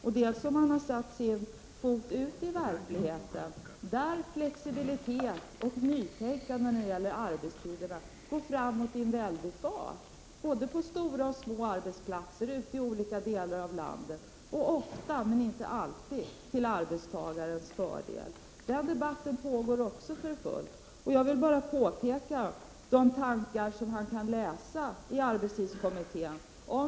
Jag undrar också om han har satt sin fot ute i verkligheten, där flexibilitet och nytänkande när det gäller arbetstiden går framåt i en väldig fart, både på stora och små arbetsplatser ute i olika delar av landet. Denna utveckling är ofta, men inte alltid, till arbetstagarens fördel. Debatten pågår också för fullt. Jag vill bara framhålla de tankar som uttrycks i arbetstidskommitténs betänkande, som Erik Holmkvist kan läsa.